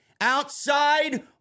outside